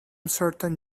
certain